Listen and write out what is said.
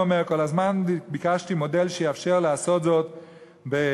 הוא אומר: כל הזמן ביקשתי מודל שיאפשר לעשות זאת בהסכמה.